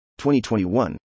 2021